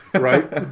Right